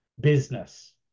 business